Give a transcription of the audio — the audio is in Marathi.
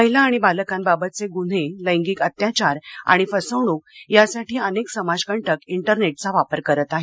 महिला आणि बालकांबाबतचे गुन्हे लैंगिक अत्याचार आणि फसवणूक यासाठी अनेक समाजकटक इंटरनेटचा वापर करत आहेत